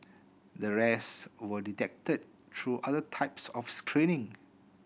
the rest were detected through other types of screening